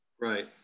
Right